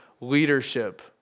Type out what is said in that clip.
leadership